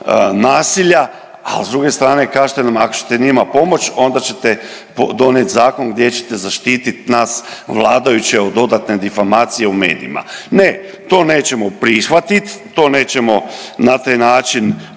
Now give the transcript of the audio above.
nasilja, al s druge strane kažite nam ako ćete njima pomoć onda ćete donijet zakon gdje ćete zaštitit nas vladajuće od dodatne difamacije u medijima. Ne to nećemo prihvatit, to nećemo na taj način